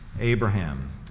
Abraham